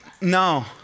no